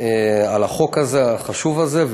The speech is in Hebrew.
על החוק החשוב הזה,